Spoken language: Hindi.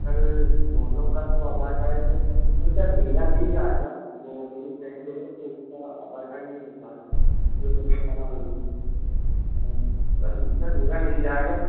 सर दोनों का तो आधार कार्ड नहीं सर मेरा नहीं आएगा जो मेरी फ्रेंड है तो उसका आधार कार्ड नहीं मिल पाएगा वह देने से मना बोल रही है सर सर मेरा मिल जाएगा